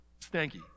stanky